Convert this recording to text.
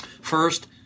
First